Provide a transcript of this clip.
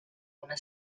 una